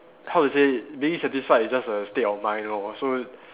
how to say being satisfied is just a state of mind lor so